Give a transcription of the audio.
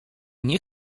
nie